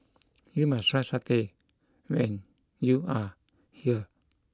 you must try Satay when you are here